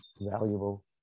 valuable